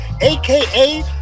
aka